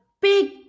big